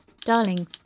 Darling